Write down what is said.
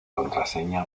contraseña